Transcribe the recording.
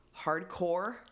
hardcore